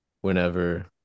whenever